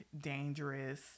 dangerous